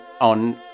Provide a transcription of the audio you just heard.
on